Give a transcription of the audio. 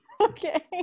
Okay